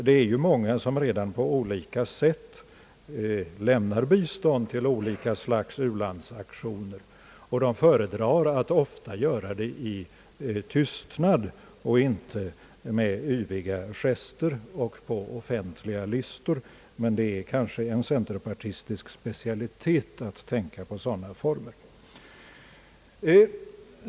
Det är ju många som redan i skilda former lämnar bistånd till olika slags u-landsaktioner, och de föredrar att ofta göra det i tysthet, inte med yviga gester och på offentliga listor. Men det är kanske en centerpartistisk specialitet att tänka på sådana former.